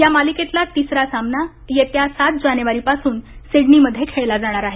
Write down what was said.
या मालिकेतला तिसरा सामना येत्या सात जानेवारी पासून सिडनीमध्ये खेळला जाणार आहे